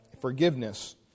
forgiveness